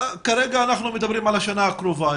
כרגע אנחנו מדברים על השנה הקרובה.